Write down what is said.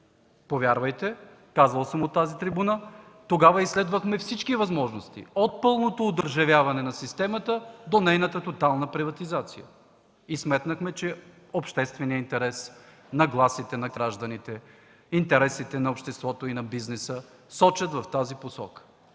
Повярвайте, казвал съм от тази трибуна, тогава изследвахме всички възможности – от пълното одържавяване на системата до нейната тотална приватизация. Сметнахме, че общественият интерес, нагласите на гражданите, интересите на обществото и на бизнеса сочат в тази посока.